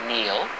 Neil